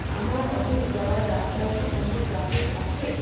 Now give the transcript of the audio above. আমার অফিস যাওয়ার রাস্তায় কি কোনও ট্রাফিক আছে